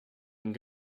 and